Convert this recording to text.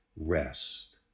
rest